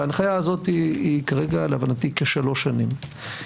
ההנחיה הזאת היא כרגע להבנתי כשלוש שנים.